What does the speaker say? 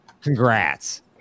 Congrats